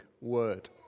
word